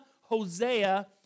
Hosea